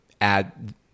add